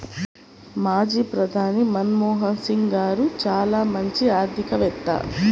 మాజీ ప్రధాని మన్మోహన్ సింగ్ గారు చాలా మంచి ఆర్థికవేత్త